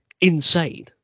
insane